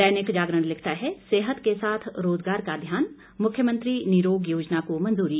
दैनिक जागरण लिखता है सेहत के साथ रोजगार का ध्यान मुख्यमंत्री निरोग योजना को मंजूरी